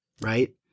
Right